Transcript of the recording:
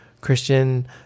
Christian